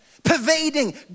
pervading